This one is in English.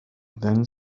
then